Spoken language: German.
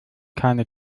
keine